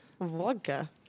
vodka